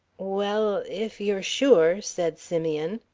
well, if you're sure said simeon.